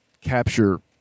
Capture